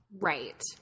Right